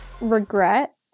regret